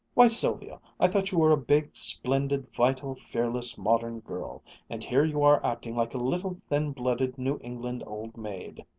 why, sylvia, i thought you were a big, splendid, vital, fearless modern girl and here you are acting like a little, thin-blooded new england old maid.